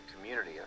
community